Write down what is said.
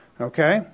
Okay